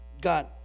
God